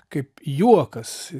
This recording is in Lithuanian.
kaip juokas